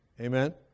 amen